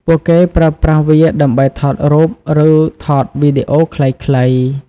ពួកគេប្រើប្រាស់វាដើម្បីថតរូប ឬថតវីដេអូខ្លីៗ។